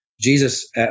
Jesus